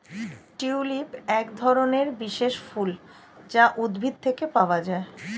tulip একধরনের বিশেষ ফুল যা উদ্ভিদ থেকে পাওয়া যায়